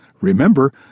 Remember